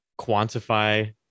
quantify